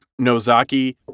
Nozaki